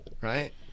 right